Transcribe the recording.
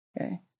Okay